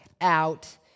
out